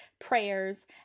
prayers